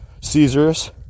Caesar's